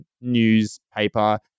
newspaper